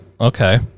Okay